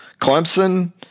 Clemson